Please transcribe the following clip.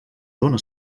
dóna